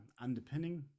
underpinning